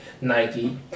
Nike